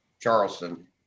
Charleston